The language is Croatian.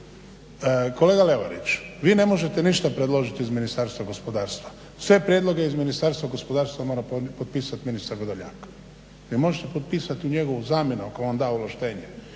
Kolega Levarić vi ne možete ništa predložiti iz Ministarstva gospodarstva. Sve prijedloge iz Ministarstva gospodarstva mora potpisati ministar Vrdoljak. Vi možete potpisati u njegovu zamjenu ako vam je on